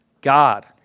God